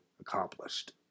Accomplished